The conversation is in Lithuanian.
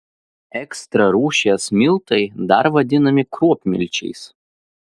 ekstra rūšies miltai dar vadinami kruopmilčiais